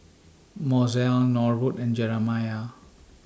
Mozell Norwood and Jeremiah